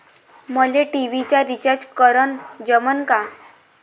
मले टी.व्ही चा रिचार्ज करन जमन का?